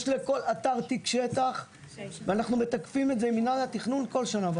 יש לכל אתר תיק שטח ואנחנו מתקפים את זה עם מינהל התכנון כל שנה וחצי.